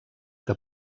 que